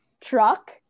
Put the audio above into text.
truck